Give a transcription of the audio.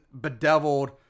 bedeviled